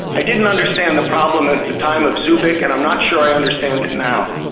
i didn't understand the problem at the time of zubik and i'm not sure i understand now,